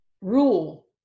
rule